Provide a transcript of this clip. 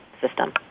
system